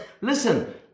listen